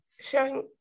Showing